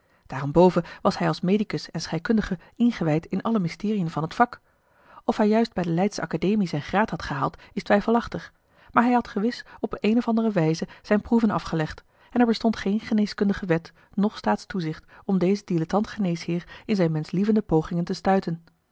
daarenboven was hij als medicus en scheikundige ingewijd in alle mysteriën van het vak of hij juist bij de leydsche academie zijn graad had behaald is twijfelachtig maar hij had gewis op eene of andere wijze zijne proeven afgelegd en er bestond geen geneeskundige wet noch staatstoezicht om dezen dilettant geneesheer in zijne menschlievende pogingen te stuiten